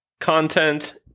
Content